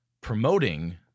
promoting